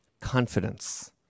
confidence